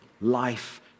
Life